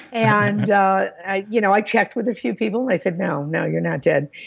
and yeah i you know i checked with a few people. i said, no, no you're not dead.